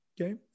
Okay